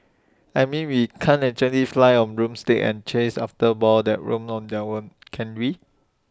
I mean we can't actually fly on broomsticks and chase after balls that roam on their own can we